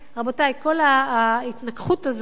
רבותי, כל ההתנגחות הזאת